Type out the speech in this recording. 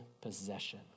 possession